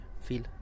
feel